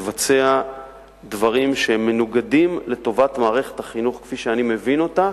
לבצע דברים שהם מנוגדים לטובת מערכת החינוך כפי שאני מבין אותה.